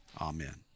Amen